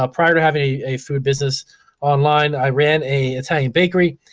ah prior to having a food business online i ran a italian bakery.